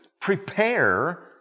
prepare